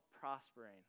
prospering